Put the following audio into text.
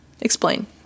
Explain